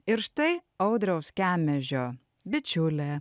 ir štai audriaus kemežio bičiulė